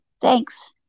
thanks